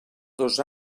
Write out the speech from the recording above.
dos